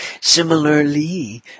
Similarly